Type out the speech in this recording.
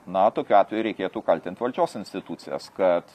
na tokiu atveju reikėtų kaltint valdžios institucijas kad